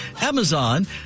Amazon